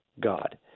God